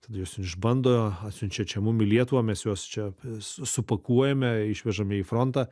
tada juos išbando atsiunčia čia mum į lietuvą mes juos čia su supakuojame išvežame į frontą